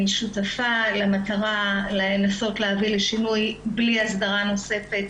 אני שותפה למטרה לנסות להביא לשינוי בלי אסדרה נוספת,